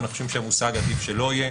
אנחנו חושבים שעדיף שהמושג לא יהיה,